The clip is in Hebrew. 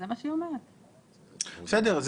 בסדר,